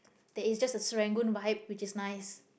there is just a Serangoon vibe which is nice